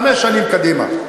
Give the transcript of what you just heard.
חמש שנים קדימה.